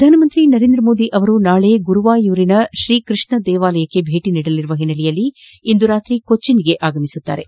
ಪ್ರಧಾನಮಂತ್ರಿ ನರೇಂದ್ರ ಮೋದಿ ಅವರು ನಾಳೆ ಗುರುವಾಯೂರಿನ ಶ್ರೀಕೃಷ್ಣದೇವಾಲಯಕ್ಕೆ ಭೇಟಿ ನೀಡಲಿರುವ ಹಿನ್ನೆಲೆಯಲ್ಲಿ ಇಂದು ರಾತ್ರಿ ಕೊಚ್ಚಿನ್ಗೆ ಆಗಮಿಸಲಿದ್ದಾರೆ